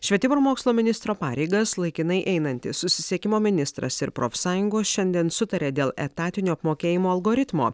švietimo ir mokslo ministro pareigas laikinai einantis susisiekimo ministras ir profsąjungos šiandien sutarė dėl etatinio apmokėjimo algoritmo